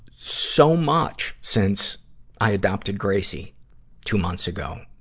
so much since i adopted gracie two months ago.